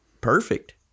perfect